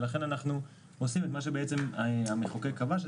ולכן אנחנו עושים את מה שהמחוקק קבע,